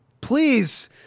Please